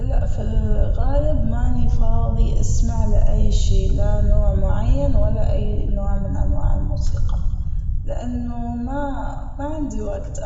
لأ في الغالب ماني فاضي أسمع لأي شئ لا نوع معين ولا أي نوع من أنواع الموسيقى لأنه أنا ما عندي وقت